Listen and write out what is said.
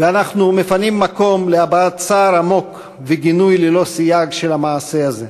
ואנחנו מפנים מקום להבעת צער עמוק וגינוי ללא סייג של המעשה הזה,